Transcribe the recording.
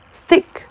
stick